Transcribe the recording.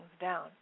down